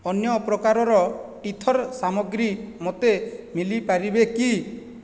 ଅନ୍ୟପ୍ରକାରର ଟିଥର୍ ସାମଗ୍ରୀ ମୋତେ ମିଳିପାରିବେ କି